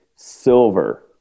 silver